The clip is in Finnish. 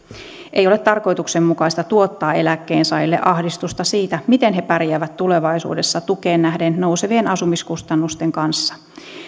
ei ole tarkoituksenmukaista tuottaa eläkkeensaajille ahdistusta siitä miten he pärjäävät tulevaisuudessa tukeen nähden nousevien asumiskustannusten kanssa